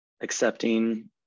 accepting